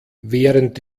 während